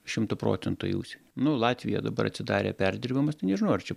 šimtu procentų į užsienį nu latvija dabar atsidarė perdirbamas tai nežinau ar čia